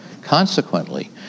Consequently